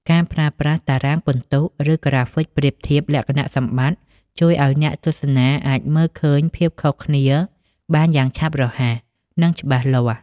ការប្រើប្រាស់តារាងពិន្ទុ ឬក្រាហ្វិកប្រៀបធៀបលក្ខណៈសម្បត្តិ ជួយឱ្យអ្នកទស្សនាអាចមើលឃើញភាពខុសគ្នាបានយ៉ាងឆាប់រហ័ស និងច្បាស់លាស់។